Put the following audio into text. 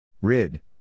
Rid